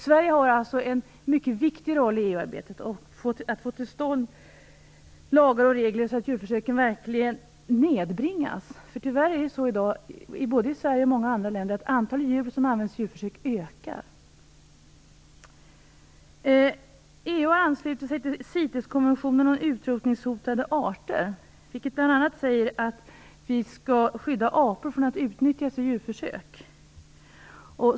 Sverige har en mycket viktig roll i EU-arbetet att få tillstånd lagar och regler så att djurförsöken verkligen nedbringas. Tyvärr är det nämligen på det sättet i dag, i både Sverige och många andra länder, att antalet djur som används i djurförsök ökar. EU har anslutit sig till CITES-konventionen om utrotningshotade arter. Där sägs det bl.a. att vi skall skydda apor från att utnyttjas i djurförsök.